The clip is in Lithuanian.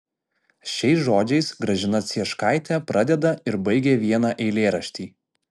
šiais žodžiais gražina cieškaitė pradeda ir baigia vieną eilėraštį